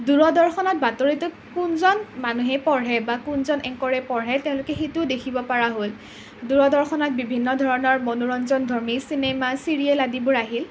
দূৰদৰ্শনত বাতৰিটো কোনজন মানুহে পঢ়ে বা কোনজনে এংকৰে পঢ়ে তেওঁলোকে সেইটো দেখিব পৰা হ'ল দূৰদৰ্শনত বিভিন্ন ধৰণৰ মনোৰঞ্জনধৰ্মী চিনেমা চিৰিয়েল আদিবোৰ আহিল